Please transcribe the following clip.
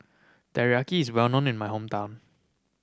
teriyaki is well known in my hometown